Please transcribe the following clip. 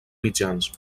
mitjans